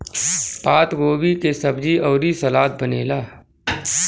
पातगोभी के सब्जी अउरी सलाद बनेला